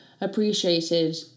appreciated